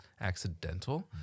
accidental